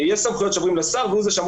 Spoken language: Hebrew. יש סמכויות שעוברות לשר והוא זה שאמור